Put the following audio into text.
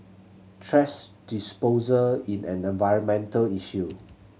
thrash disposal in an environmental issue